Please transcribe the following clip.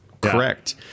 correct